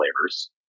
flavors